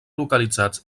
localitzats